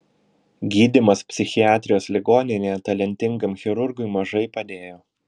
gydymas psichiatrijos ligoninėje talentingam chirurgui mažai padėjo